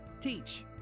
Teach